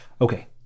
Okay